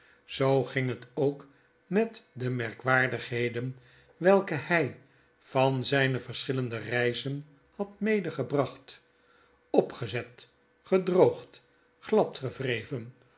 zoo ging het ook met de merkwaardigheden welke hij van zgne verschillende reizen had medegebracht opgezet gedroogd gladgewreven